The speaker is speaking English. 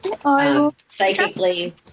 Psychically